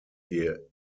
ihr